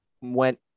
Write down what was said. went